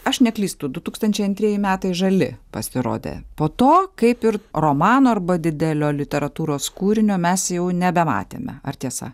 aš neklystu du tūkstančiai antrieji metai žali pasirodė po to kaip ir romano arba didelio literatūros kūrinio mes jau nebematėme ar tiesa